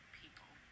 people